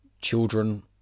children